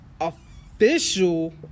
official